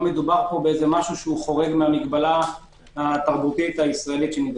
לא מדובר פה במשהו שחורג מהמגבלה התרבותית הישראלית.